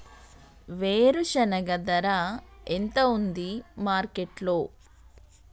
వేరుశెనగ ధర ఎంత ఉంది మార్కెట్ లో?